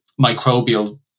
microbial